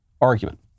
argument